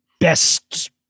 best